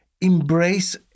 embrace